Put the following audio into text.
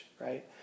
right